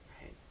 right